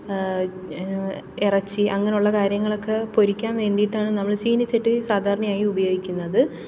ഇറച്ചി അങ്ങനുള്ള കാര്യങ്ങളൊക്കെ പൊരിക്കാൻ വേണ്ടിയിട്ടാണ് നമ്മള് ചീനിച്ചട്ടി സാധാരണയായി ഉപയോഗിക്കുന്നത്